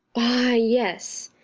ah yes,